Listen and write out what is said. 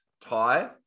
tie